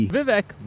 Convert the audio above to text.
Vivek